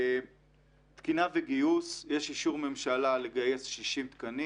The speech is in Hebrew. תקינה וגיוס יש אישור ממשלה לגייס 60 תקנים.